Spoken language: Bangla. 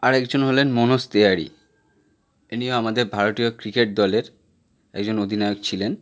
আরেকজন হলেন মনোজ তেয়ারি ইনিও আমাদের ভারটীয় ক্রিকেট দলের একজন অধিনায়ক ছিলেন